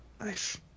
Nice